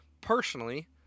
personally